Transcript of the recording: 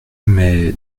mais